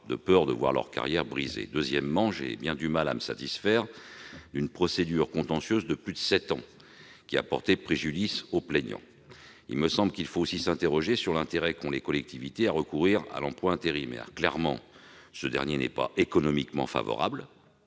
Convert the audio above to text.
de peur de voir leur carrière brisée. Deuxièmement, j'ai bien du mal à me satisfaire d'une procédure contentieuse de plus de sept ans, qui a porté préjudice au plaignant. Il me semble qu'il faut aussi s'interroger sur l'intérêt qu'éprouvent les collectivités à recourir à l'emploi intérimaire. Clairement, ce dernier n'est pas économiquement favorable,